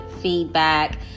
feedback